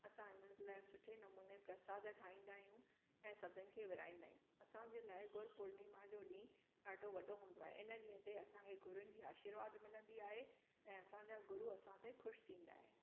असां हिन लाइ सुठे नमूने प्रसादु ठाहींदा आहियूं ऐं सभिनीनि खे विरिहाईंदा आहियूं असांजे लाइ गुरु पुर्णिमा जो ॾींहुं ॾाढो वॾो हूंदो आहे हिन ॾींहं ते असांखे गुरुनि जी आशीर्वाद मिलंदी आहे ऐं असांजा गुरू असां ते ख़ुशि थींदा आहिनि